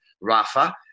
Rafa